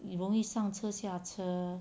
很容易上车下车